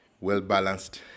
well-balanced